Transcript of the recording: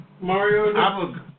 Mario